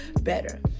better